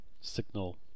signal